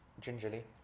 gingerly